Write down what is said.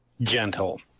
Gentle